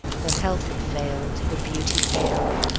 her health had failed, her beauty paled,